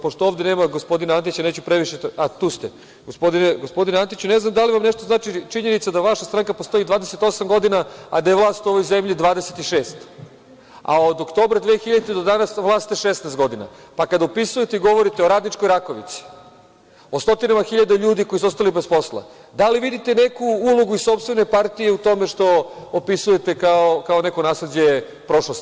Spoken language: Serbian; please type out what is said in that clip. Pošto ovde nema gospodina Antića, neću previše… (Aleksandar Antić: Tu sam.) Gospodine Antiću, ne znam da li vam nešto znači činjenica da vaša stranka postoji 28 godina, a da je vlast u ovoj zemlji 26, a od oktobra 2000. do danas na vlasti ste 16 godina, pa kada opisujete i govorite o radničkoj „Rakovici“, o stotinama hiljada ljudi koji su ostali bez posla, da li vidite neku ulogu sopstvene partije o tome što opisujete kao neko nasleđe prošlosti.